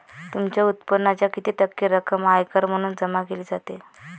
तुमच्या उत्पन्नाच्या किती टक्के रक्कम आयकर म्हणून जमा केली जाते?